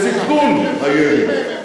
גם ראית את הבריטים כילד בירושלים.